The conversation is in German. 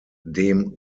dem